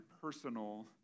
personal